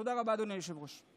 תודה רבה, אדוני היושב-ראש.